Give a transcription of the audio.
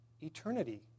eternity